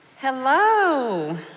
Hello